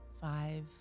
Five